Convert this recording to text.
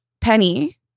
Penny